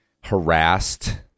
harassed